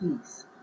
peace